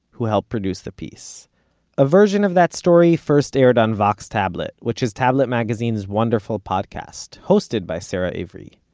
who helped produce the piece a version of that story first aired on vox tablet, which is tablet magazine's wonderful podcast, hosted by sara ivry.